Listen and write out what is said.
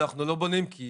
אנחנו לא בונים, כי